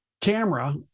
camera